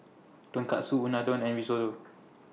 Tonkatsu Unadon and Risotto